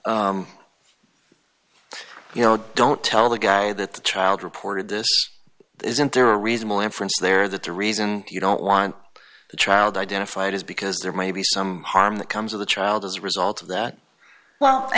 you know don't tell the guy that the child reported this isn't there a reasonable inference there that the reason you don't want the child identified is because there may be some harm that comes of the child as a result of that well i